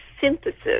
synthesis